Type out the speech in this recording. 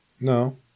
No